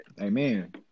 Amen